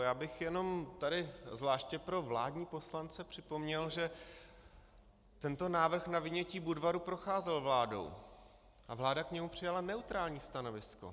Já bych jenom tady zvláště pro vládní poslance připomněl, že tento návrh na vynětí Budvaru procházel vládou a vláda k němu přijala neutrální stanovisko.